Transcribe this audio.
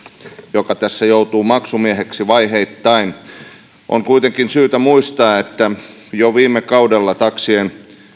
joka tässä joutuu maksumieheksi vaiheittain on kuitenkin syytä muistaa että jo viime kaudella taksien